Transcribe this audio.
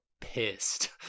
pissed